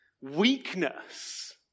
weakness